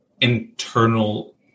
internal